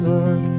Lord